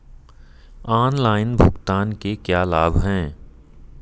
Online भुगतान के क्या लाभ हैं?